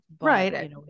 Right